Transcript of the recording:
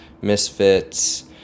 Misfits